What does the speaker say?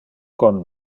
con